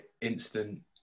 instant